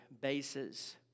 bases